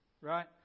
right